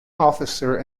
officer